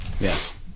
Yes